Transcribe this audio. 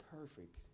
perfect